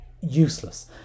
useless